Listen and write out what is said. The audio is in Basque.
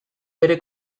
bere